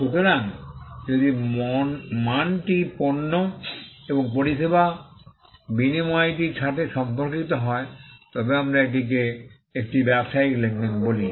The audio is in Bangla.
সুতরাং যদি মানটি পণ্য এবং পরিষেবার বিনিময়টির সাথে সম্পর্কিত হয় তবে আমরা এটিকে একটি ব্যবসায়িক লেনদেন বলি